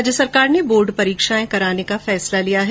राज्य सरकार ने बोर्ड परीक्षाएं कराने का निर्णय लिया है